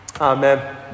Amen